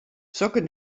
sokke